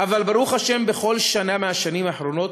אבל ברוך השם, בכל שנה מהשנים האחרונות